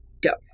dope